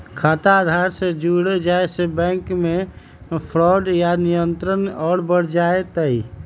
खाता आधार से जुड़ जाये से बैंक मे फ्रॉड पर नियंत्रण और बढ़ जय तय